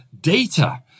data